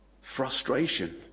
Frustration